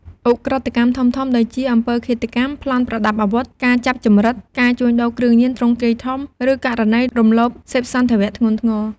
ឧក្រិដ្ឋកម្មធំៗ ដូចជា អំពើឃាតកម្ម ប្លន់ប្រដាប់អាវុធ ការចាប់ជំរិត ការជួញដូរគ្រឿងញៀនទ្រង់ទ្រាយធំ ឬករណីរំលោភសេពសន្ថវៈធ្ងន់ធ្ងរ។